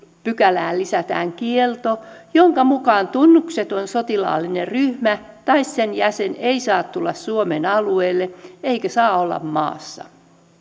pykälään lisätään kielto jonka mukaan tunnukseton sotilaallinen ryhmä tai sen jäsen ei saa tulla suomen alueelle eikä saa olla maassa voimassa olevan lain